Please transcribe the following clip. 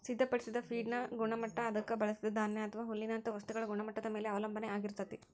ಸಿದ್ಧಪಡಿಸಿದ ಫೇಡ್ನ ಗುಣಮಟ್ಟ ಅದಕ್ಕ ಬಳಸಿದ ಧಾನ್ಯ ಅಥವಾ ಹುಲ್ಲಿನಂತ ವಸ್ತುಗಳ ಗುಣಮಟ್ಟದ ಮ್ಯಾಲೆ ಅವಲಂಬನ ಆಗಿರ್ತೇತಿ